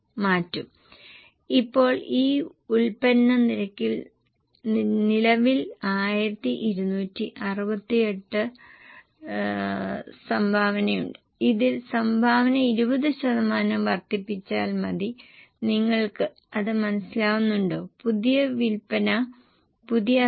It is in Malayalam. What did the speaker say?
5 8 11 15 ഉം 18 ഉം ഞങ്ങൾ പലവിധ നിർമ്മാണച്ചെലവുകൾ എടുത്തിട്ടില്ല കാരണം അവയെല്ലാം ഫിക്സഡ് ചിലവുകളാണ് എന്ന് ഞങ്ങൾ കരുതി ഇപ്പോൾ ഈ വേരിയബിൾ വിൽപനച്ചെലവിന്റെ അടിസ്ഥാനത്തിൽ ഇളവുള്ള വിൽപ്പന വില കണക്കാക്കാൻ ശ്രമിക്കുക